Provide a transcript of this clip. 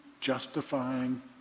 justifying